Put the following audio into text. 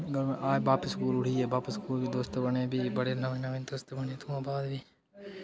ग हां बप्प स्कूल उठिये बप्प स्कूल दोस्त बने भी बड़े नमें नमें दोस्त बने उत्थुआं बाद भी